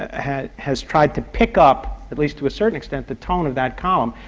ah has has tried to pick up, at least to a certain extent, the tone of that column.